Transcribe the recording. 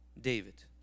David